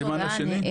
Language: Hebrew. פרופסור דהן,